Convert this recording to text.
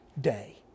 day